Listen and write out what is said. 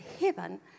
heaven